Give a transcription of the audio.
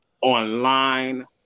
online